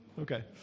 Okay